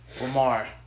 Lamar